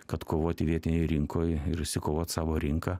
kad kovoti vietinėj rinkoj ir išsikovot savo rinką